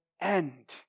end